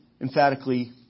emphatically